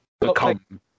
become